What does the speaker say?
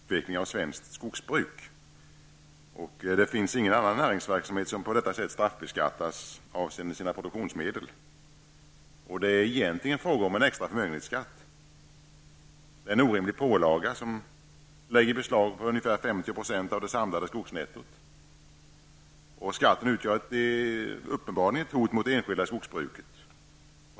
Herr talman! Skogsvårdsavgiften hämmar en positiv utveckling av svenskt skogsbruk. Det finns ingen annan näringsverksamhet som på samma sätt straffbeskattas avseende sina produktionsmedel. Det är ju egentligen fråga om en extra förmögenhetsskatt. Det är en orimlig pålaga, som lägger beslag på ungefär 50 % av det samlade skogsnettot. Skatten utgör uppenbarligen ett hot mot det enskilda skogsbruket.